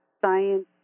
science